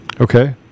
Okay